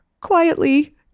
quietly